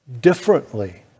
differently